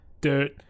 dirt